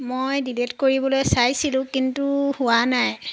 মই ডিলিট কৰিবলৈ চাইছিলোঁ কিন্তু হোৱা নাই